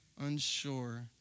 unsure